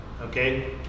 okay